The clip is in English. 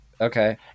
okay